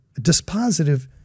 dispositive